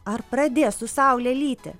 ar pradės su saule lyti